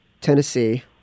Tennessee